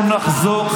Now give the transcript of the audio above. אנחנו נחזור.